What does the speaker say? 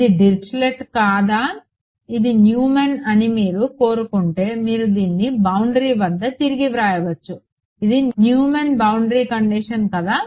ఇది డిరిచ్లెట్ కాదా ఇది న్యూమాన్ అని మీరు కోరుకుంటే మీరు దీన్ని బౌండరీ వద్ద తిరిగి వ్రాయవచ్చు ఇది న్యూమాన్ బౌండరీ కండిషన్ కాదా